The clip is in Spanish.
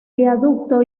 viaducto